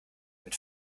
mit